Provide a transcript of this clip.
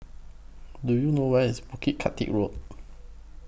Do YOU know Where IS Bukit catty Road